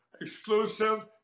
exclusive